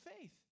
faith